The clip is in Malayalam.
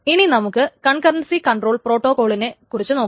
ഇനി നമുക്ക് കൺ കറൻസി കൺട്രോൾ പ്രോട്ടോകോളിനെക്കുറിച്ച് നോക്കാം